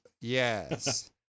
Yes